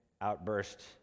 outburst